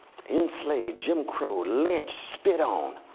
enslaved, jim crow'd, lynched, spit on,